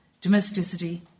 domesticity